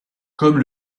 comme